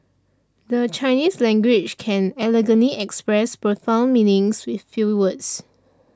the Chinese language can elegantly express profound meanings with few words